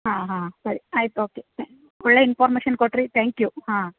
ಹಾಂ ಹಾಂ ಸರಿ ಆಯ್ತು ಓಕೆ ಸರಿ ಒಳ್ಳೆಯ ಇನ್ಪಾರ್ಮೇಷನ್ ಕೊಟ್ಟಿರಿ ತ್ಯಾಂಕ್ ಯು ಹಾಂ